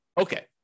Okay